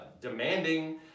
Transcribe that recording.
demanding